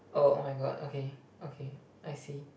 oh oh my god okay okay I see